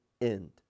end